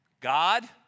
God